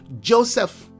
Joseph